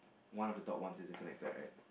one of the top one isn't connected right